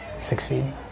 succeed